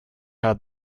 had